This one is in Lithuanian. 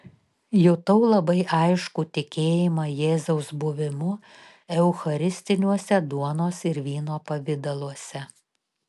jutau labai aiškų tikėjimą jėzaus buvimu eucharistiniuose duonos ir vyno pavidaluose